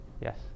Yes